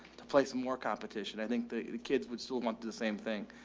to play some more competition. i think the the kids would still want the same thing.